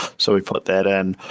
so we've put that in.